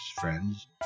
friends